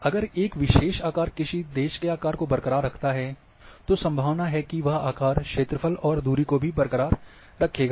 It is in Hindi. अगर एक विशेष आकार किसी देश के आकार को बरकरार रखता है तो संभावना है की वह आकार क्षेत्रफल और दूरी को भी बरकरार रखेगा